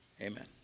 Amen